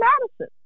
Madison